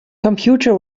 computer